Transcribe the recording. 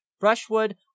brushwood